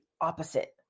opposite